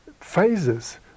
phases